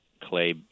clay